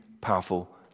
powerful